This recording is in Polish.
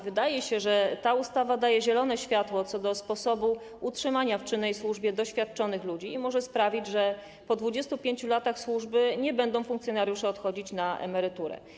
Wydaje się, że ta ustawa daje zielone światło co do sposobu utrzymania w czynnej służbie doświadczonych ludzi i może sprawić, że po 25 latach służby funkcjonariusze nie będą odchodzić na emeryturę.